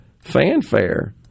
fanfare